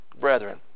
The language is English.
brethren